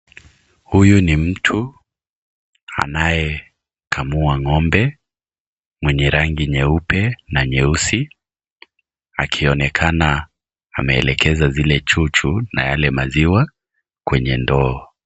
Huyu ni mtu, anayekamua ng'ombe, mwenye rangi nyeupe na nyeusi, akionekana ameelekeza zile chuchu na yale maziwa kwenye ndoo.